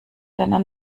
deiner